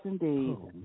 indeed